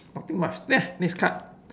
nothing much ne~ next card